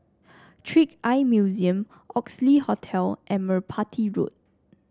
Trick Eye Museum Oxley Hotel and Merpati Road